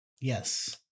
Yes